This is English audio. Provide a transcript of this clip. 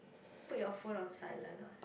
put your phone on silent what